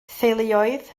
theuluoedd